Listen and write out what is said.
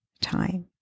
time